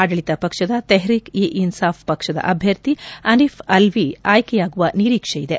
ಆಡಳಿತ ಪಕ್ಷದ ತೆಹ್ರೀಕ್ ಇ ಇನ್ಸಾಫ್ ಪಕ್ಷದ ಅಭ್ವರ್ಥಿ ಅರಿಫ್ ಅಲ್ವಿ ಆಯ್ಕೆಯಾಗುವ ನಿರೀಕ್ಷೆ ಇದೆ